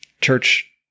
church